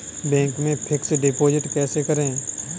Bank में fix deposit कैसे करें?